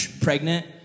pregnant